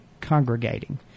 congregating